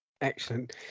Excellent